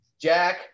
Jack